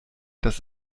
das